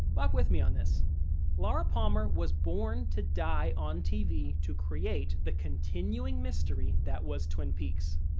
walk with me on this laura palmer was born to die on tv to create the continuing mystery that was twin peaks.